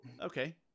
Okay